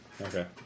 Okay